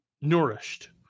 nourished